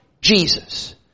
Jesus